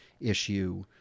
issue